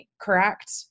correct